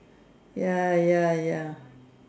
ya ya ya